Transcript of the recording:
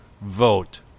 vote